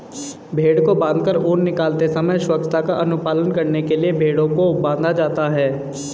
भेंड़ को बाँधकर ऊन निकालते समय स्वच्छता का अनुपालन करने के लिए भेंड़ों को बाँधा जाता है